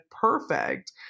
perfect